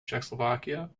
czechoslovakia